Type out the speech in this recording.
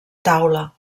taula